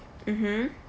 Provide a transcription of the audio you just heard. mmhmm